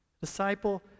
Disciple